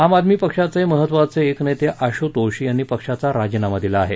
आम आदमी पक्षाचे महत्त्वाचे एक नेते आश्तोष यांनी पक्षाचा राजीनामा दिला आहे